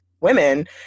women